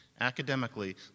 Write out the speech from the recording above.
academically